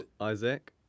Isaac